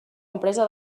empresa